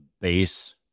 base